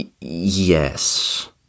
Yes